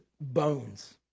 bones